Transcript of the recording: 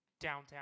downtown